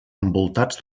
envoltats